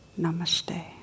Namaste